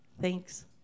Thanks